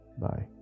Bye